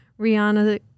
rihanna